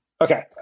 Okay